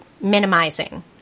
minimizing